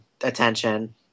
attention